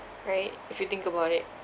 right if you think about it